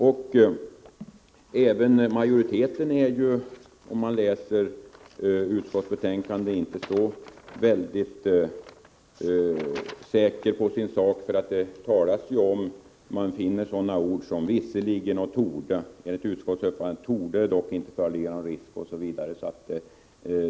Om man läser utskottsbetänkandet finner man att inte heller majoriteten är så säker på sin sak, eftersom man finner ord som visserligen och torde — t.ex.: Enligt utskottets uppfattning torde det dock inte föreligga någon risk, osv.